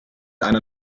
einer